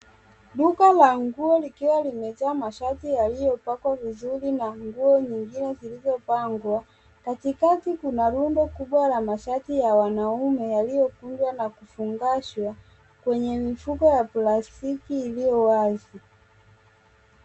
Duka la nguo likiwa limejaa mashati yalipakiwa vizuri na nguo nyingine zilizopangwa katikati kuna rundo kubwa la mashati ya wanaume yaliyokunjwa na kufungashwa kwenye mfuko wa plastiki iliyowazi.